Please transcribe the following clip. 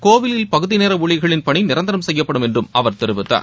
கோவில் பகுதிநேர ஊழியர்களின் பணி நிரந்தரம் செய்யப்படும் என்றும் அவர் தெரிவித்தார்